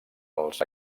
els